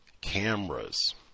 cameras